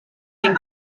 den